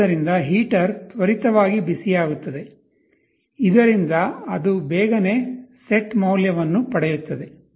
ಆದ್ದರಿಂದ ಹೀಟರ್ ತ್ವರಿತವಾಗಿ ಬಿಸಿಯಾಗುತ್ತದೆ ಇದರಿಂದ ಅದು ಬೇಗನೆ ಸೆಟ್ ಮೌಲ್ಯವನ್ನು ಪಡೆಯುತ್ತದೆ